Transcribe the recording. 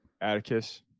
Atticus